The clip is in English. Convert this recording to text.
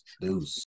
Deuce